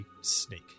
snake